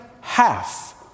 half